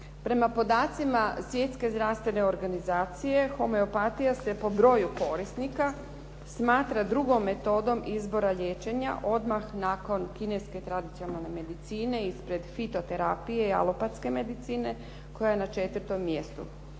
Prema podacima Svjetske zdravstvene organizacije homeopatija se po broju korisnika smatra drugom metodom izbora liječenja odmah nakon kineske tradicionalne medicine ispred fitoterapije i alopatske medicine koja je na 4. mjestu.